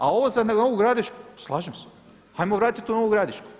A ovo za Novu Gradišku, slažem se, ajmo vratiti Novu Gradišku.